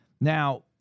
Now